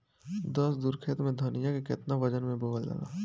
दस धुर खेत में धनिया के केतना वजन मे बोवल जाला?